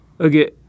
Okay